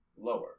lower